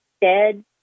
dead